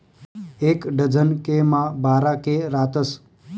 एक डझन के मा बारा के रातस